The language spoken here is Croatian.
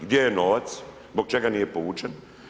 Gdje je novac? zbog čega nije povučen?